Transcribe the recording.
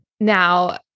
Now